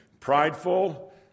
Prideful